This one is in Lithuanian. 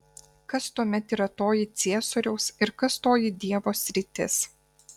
kas tuomet yra toji ciesoriaus ir kas toji dievo sritis